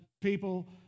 people